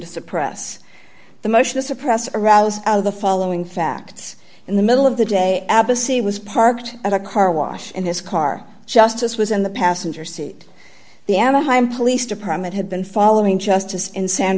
to suppress the motion to suppress aroused out of the following facts in the middle of the day abba c was parked at a car wash in his car just as was in the passenger seat the anaheim police department had been following justice in san